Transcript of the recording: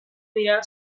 dira